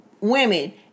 Women